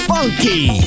Funky